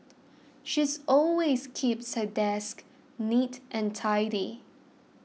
she's always keeps her desk neat and tidy